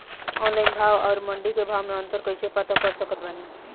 Online भाव आउर मंडी के भाव मे अंतर कैसे पता कर सकत बानी?